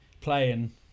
playing